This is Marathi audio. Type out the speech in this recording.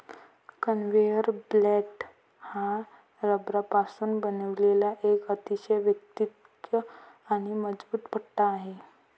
कन्व्हेयर बेल्ट हा रबरापासून बनवलेला एक अतिशय वैयक्तिक आणि मजबूत पट्टा आहे